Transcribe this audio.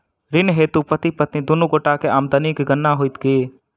ऋण हेतु पति पत्नी दुनू गोटा केँ आमदनीक गणना होइत की?